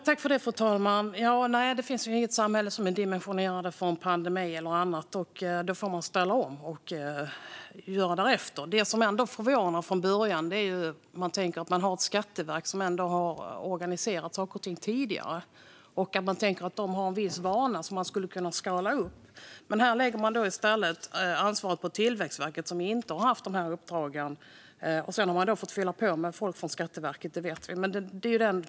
Fru talman! Nej, det finns väl inget samhälle som är dimensionerat för en pandemi eller annat. Då får man ställa om och göra därefter. Det som ändå förvånar från början är att man har Skatteverket som har organiserat saker och ting tidigare. Man tänker att det har en viss vana som man skulle kunnat skala upp. Men här lägger man i stället ansvaret på Tillväxtverket som inte har haft de uppdragen. Sedan har man fått fylla på med folk från Skatteverket. Det vet vi.